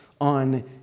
on